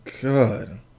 God